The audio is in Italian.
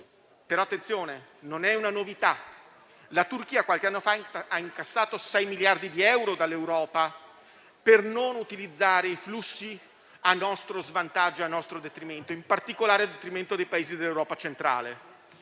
però, non è una novità: la Turchia qualche anno fa ha incassato sei miliardi di euro dall'Europa per non utilizzare i flussi a nostro svantaggio e a nostro detrimento, in particolare a detrimento dei Paesi dell'Europa centrale.